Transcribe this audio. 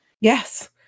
Yes